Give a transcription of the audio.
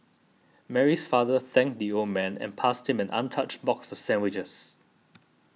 Mary's father thanked the old man and passed him an untouched box of sandwiches